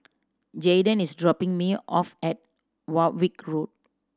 Jayden is dropping me off at Warwick Road